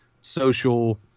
social